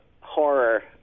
horror